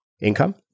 income